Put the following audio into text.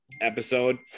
episode